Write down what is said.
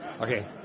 Okay